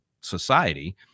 society